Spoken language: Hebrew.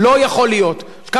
כמה ממשלות היו מאז?